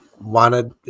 wanted